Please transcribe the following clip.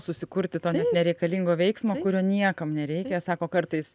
susikurti to nereikalingo veiksmo kurio niekam nereikia sako kartais